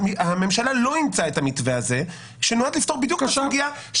הממשלה לא אימצה את המתווה הזה שנועד לפתור בדיוק את הסוגיה.